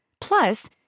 Plus